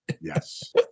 Yes